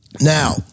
Now